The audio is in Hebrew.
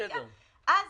אז